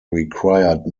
required